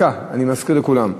דקה, אני מזכיר לכולם.